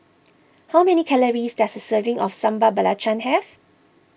how many calories does a serving of Sambal Belacan have